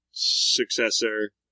Successor